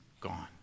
gone